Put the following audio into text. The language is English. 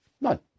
None